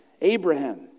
Abraham